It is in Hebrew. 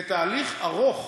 זה תהליך ארוך.